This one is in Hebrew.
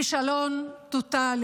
כישלון טוטלי,